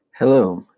Hello